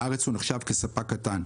בארץ הוא נחשב כספק קטן,